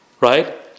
right